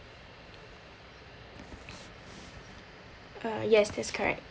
uh yes that's correct